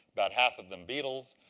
about half of them beetles.